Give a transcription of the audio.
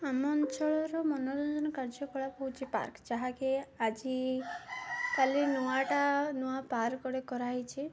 ଆମ ଅଞ୍ଚଳର ମନୋରଞ୍ଜନ କାର୍ଯ୍ୟକଳାପ ହେଉଛି ପାର୍କ ଯାହାକି ଆଜି କାଲି ନୂଆଟା ନୂଆ ପାର୍କ ଗୋଟେ କରାହେଇଛି